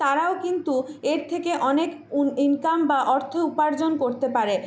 তারাও কিন্তু এর থেকে অনেক উন ইনকাম বা অর্থ উপার্জন করতে পারে